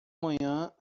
manhã